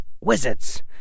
wizards